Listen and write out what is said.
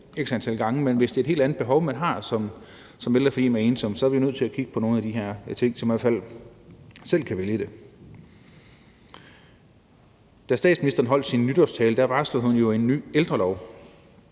x antal gange, men hvis det er et helt andet behov, man har som ældre, fordi man er ensom, så er vi jo nødt til at kigge på nogle af de her ting, så man i hvert fald selv kan vælge det. Da statsministeren holdt sin nytårstale, varslede hun jo en ny ældrelov,